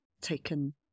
taken